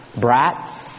Brats